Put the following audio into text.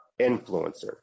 influencer